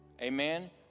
Amen